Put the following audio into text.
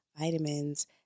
vitamins